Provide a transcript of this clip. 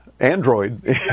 android